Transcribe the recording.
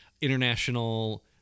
international